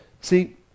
See